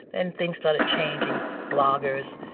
and things started changing bloggers.